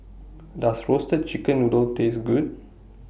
Does Roasted Chicken Noodle Taste Good